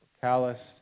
calloused